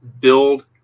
build